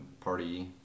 party